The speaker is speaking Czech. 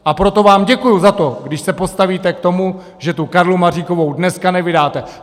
A proto vám děkuji za to, když se postavíte k tomu, že tu Karlu Maříkovou dneska nevydáte.